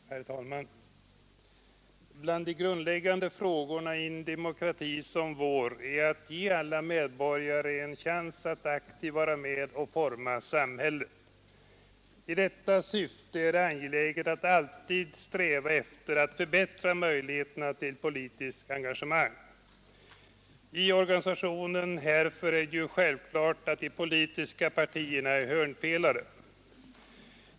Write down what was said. Herr talman! Till de grundläggande frågorna i en demokrati som vår hör att ge alla medborgare en chans att aktivt vara med och forma samhället. I detta syfte är det angeläget att alltid sträva efter att förbättra möjligheterna till politiskt engagemang. I organisationen härför är det självklart att de politiska partierna är hörnpelare.